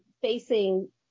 facing